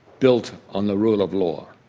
built on the rule of law.